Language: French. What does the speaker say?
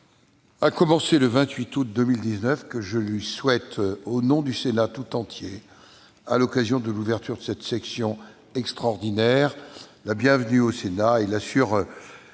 a commencé le 28 août 2019. Je lui souhaite, au nom du Sénat tout entier, à l'occasion de l'ouverture de cette session extraordinaire, la bienvenue au Sénat et l'assure